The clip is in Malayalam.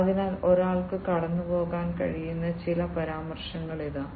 അതിനാൽ ഒരാൾക്ക് കടന്നുപോകാൻ കഴിയുന്ന ചില പരാമർശങ്ങൾ ഇതാ